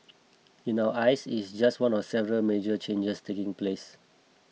in our eyes it's just one of the several major changes taking place